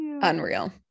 unreal